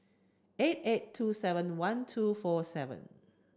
eight eight two seven one two four seven